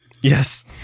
Yes